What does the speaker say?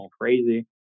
Crazy